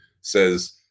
says